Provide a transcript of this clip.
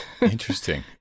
Interesting